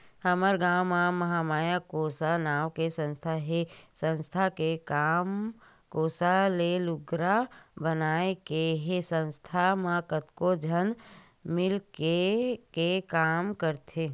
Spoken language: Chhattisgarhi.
हमर गाँव म महामाया कोसा नांव के संस्था हे संस्था के काम कोसा ले लुगरा बनाए के हे संस्था म कतको झन मिलके के काम करथे